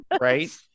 right